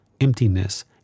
emptiness